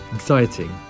Exciting